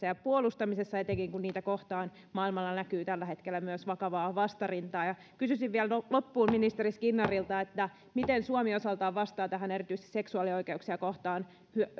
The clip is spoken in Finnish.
ja puolustamisessa etenkin kun niitä kohtaan maailmalla näkyy tällä hetkellä myös vakavaa vastarintaa kysyisin vielä loppuun ministeri skinnarilta miten suomi osaltaan vastaa tähän erityisesti seksuaalioikeuksia kohtaan